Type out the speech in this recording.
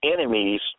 enemies